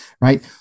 Right